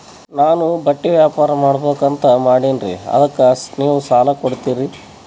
ನಾನು ಬಟ್ಟಿ ವ್ಯಾಪಾರ್ ಮಾಡಬಕು ಅಂತ ಮಾಡಿನ್ರಿ ಅದಕ್ಕ ನೀವು ಸಾಲ ಕೊಡ್ತೀರಿ?